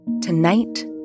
Tonight